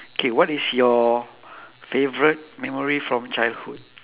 K what is your favourite memory from childhood